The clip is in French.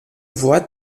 voie